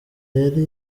yari